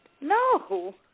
No